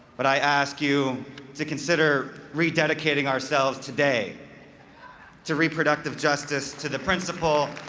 but i ask you to consider rededicateing ourselves today to reproductive justice, to the principle,